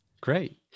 Great